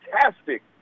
fantastic